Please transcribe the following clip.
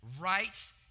right